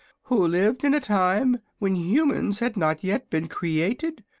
who lived in a time when humans had not yet been created.